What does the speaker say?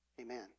Amen